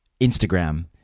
Instagram